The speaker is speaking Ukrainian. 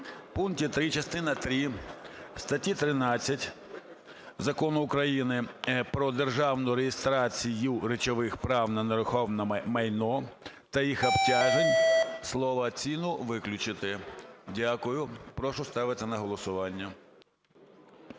пункті 3 частини три статті в 13 Закону України "Про державну реєстрацію речових прав на нерухоме майно та їх обтяжень" слово "ціну" виключити. Дякую. Прошу ставити на голосування.